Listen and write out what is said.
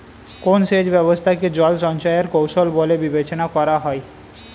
কোন সেচ ব্যবস্থা কে জল সঞ্চয় এর কৌশল বলে বিবেচনা করা হয়?